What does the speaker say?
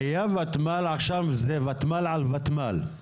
היה ותמ"ל, עכשיו זה ותמ"ל על ותמ"ל.